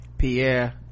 Pierre